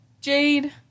Jade